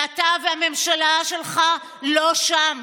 ואתה והממשלה שלך לא שם.